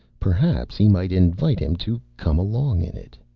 perhaps he might invite him to come along in it.